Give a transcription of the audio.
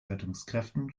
rettungskräften